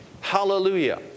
Hallelujah